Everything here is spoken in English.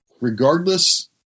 regardless